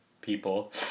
people